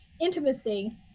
intimacy